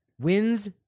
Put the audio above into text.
wins